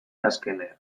azkenean